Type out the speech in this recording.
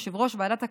יושב-ראש ועדת הכלכלה.